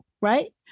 right